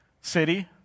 city